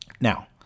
Now